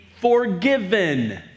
forgiven